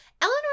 Eleanor